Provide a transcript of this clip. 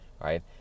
right